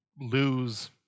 lose